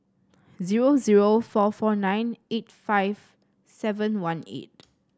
zero zero four four nine eight five seven one eight